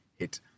Hit